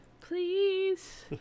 please